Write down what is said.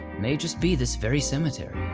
may just be this very cemetery.